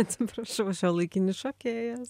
atsiprašau šiuolaikinis šokėjas